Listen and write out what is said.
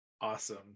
Awesome